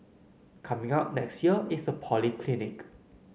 coming up next year is a polyclinic